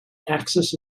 axis